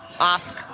ask